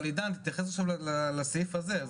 עידן, תתייחס עכשיו לסעיף הזה.